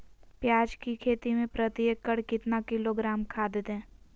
प्याज की खेती में प्रति एकड़ कितना किलोग्राम खाद दे?